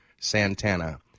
Santana